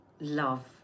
love